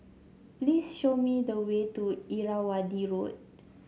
please show me the way to Irrawaddy Road